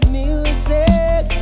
music